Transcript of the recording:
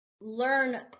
learn